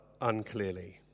unclearly